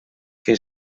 que